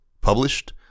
published